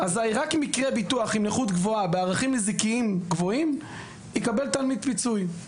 רק בנכות גבוהה עם ערכים נזיקיים גבוהים יקבל התלמיד פיצוי.